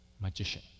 magician